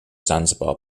zanzibar